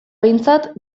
behintzat